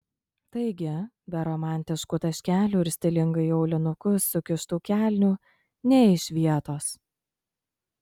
taigi be romantiškų taškelių ir stilingai į aulinukus sukištų kelnių nė iš vietos